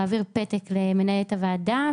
להעביר פתק למנהלת הוועדה,